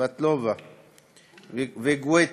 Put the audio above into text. סבטלובה וגואטה,